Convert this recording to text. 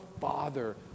Father